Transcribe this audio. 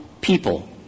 people